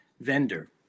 vendor